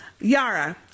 Yara